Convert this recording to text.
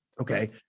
Okay